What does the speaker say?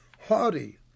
haughty